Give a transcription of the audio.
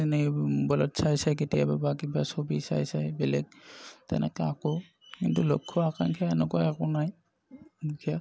এনেই ম'বাইলত চাই চাই কেতিয়াবা বা কিবা ছবি চাই চাই বেলেগ তেনেকৈ আঁকো কিন্তু লক্ষ্য আকাংক্ষা এনেকুৱা একো নাই বিশেষ